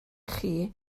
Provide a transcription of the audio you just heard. chi